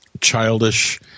childish